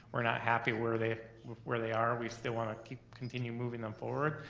we're not happy where they where they are, we still wanna keep continue moving them forward,